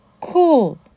cool